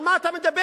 על מה אתה מדבר?